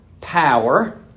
power